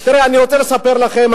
תראה, אני רוצה לספר לכם.